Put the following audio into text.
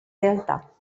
realtà